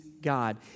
God